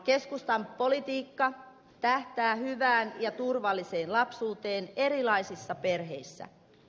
keskustan politiikka tähtää hyvään ja turvalliseen lapsuuteen erilaisissa perheissä